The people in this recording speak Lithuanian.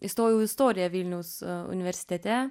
įstojau į istoriją vilniaus universitete